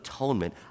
Atonement